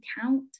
count